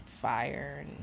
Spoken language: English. fire